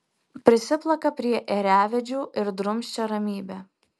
prisiplaka prie ėriavedžių ir drumsčia ramybę